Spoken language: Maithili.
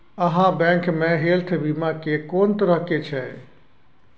आहाँ बैंक मे हेल्थ बीमा के कोन तरह के छै?